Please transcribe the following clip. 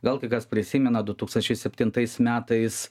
gal kai kas prisimena du tūkstančiai septintais metais